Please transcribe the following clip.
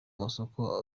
amasoko